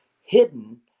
hidden